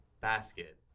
basket